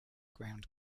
ground